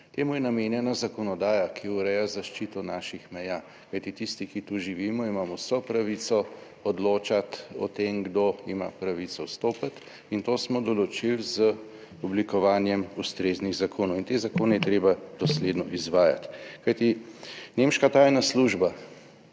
Temu je namenjena zakonodaja, ki ureja zaščito naših meja, kajti tisti, ki tu živimo, imamo vso pravico odločati o tem, kdo ima pravico vstopiti. In to smo določili z oblikovanjem ustreznih zakonov in te zakone je treba dosledno izvajati. Kajti nemška tajna služba